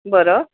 बरं